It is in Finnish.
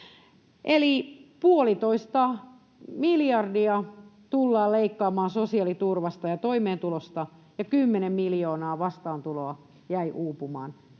Eli puolitoista miljardia tullaan leikkaamaan sosiaaliturvasta ja toimeentulosta, ja kymmenen miljoonaa vastaantuloa jäi uupumaan.